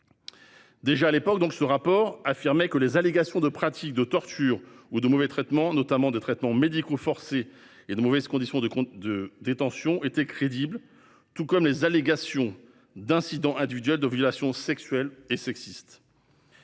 Déjà, à l'époque, ce rapport affirmait que « les allégations de pratiques de torture ou de mauvais traitements, notamment de traitements médicaux forcés et de mauvaises conditions de détention, étaient crédibles, tout comme les allégations d'incidents individuels de violences sexuelles et sexistes